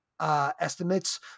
estimates